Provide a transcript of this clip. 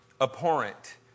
abhorrent